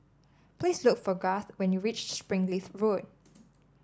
please look for Garth when you reach Springleaf Road